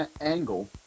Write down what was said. angle